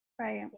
Right